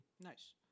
Nice